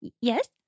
Yes